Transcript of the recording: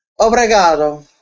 Obrigado